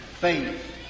faith